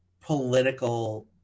political